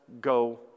go